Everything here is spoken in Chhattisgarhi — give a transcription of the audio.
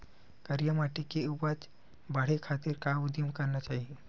करिया माटी के उपज बढ़ाये खातिर का उदिम करना चाही?